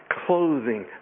clothing